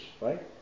right